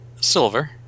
Silver